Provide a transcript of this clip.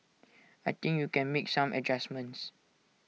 I think you can make some adjustments